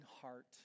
heart